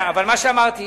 אבל מה שאמרתי,